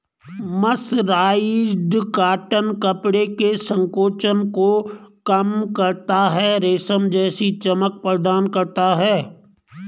mercerised cotton कपड़े के संकोचन को कम करता है, रेशम जैसी चमक प्रदान करता है